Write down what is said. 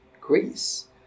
Greece